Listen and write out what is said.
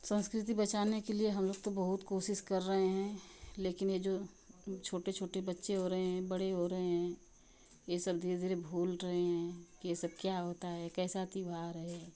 संस्कृति बचाने के लिए हम लोग तो बहुत कोशिश कर रहे हैं लेकिन यह जो छोटे छोटे बच्चे हो रहे हैं बड़े हो रहे हैं यह सब धीरे धीरे भूल रहे हैं कि यह सब क्या होता है कैसा त्यौहार है